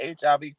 HIV